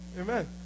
amen